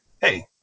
hey